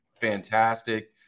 Fantastic